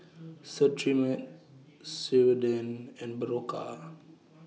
Cetrimide Ceradan and Berocca